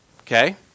Okay